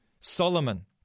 Solomon